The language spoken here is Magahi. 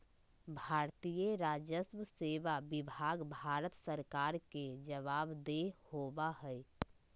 भारतीय राजस्व सेवा विभाग भारत सरकार के जवाबदेह होबा हई